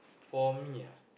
for me